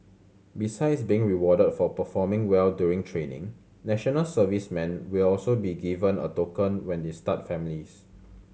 besides being rewarded for performing well during training national servicemen will also be given a token when they start families